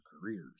careers